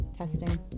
testing